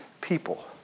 people